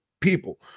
people